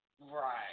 Right